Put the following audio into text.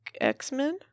X-Men